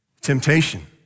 temptation